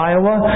Iowa